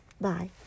Bye